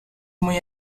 muy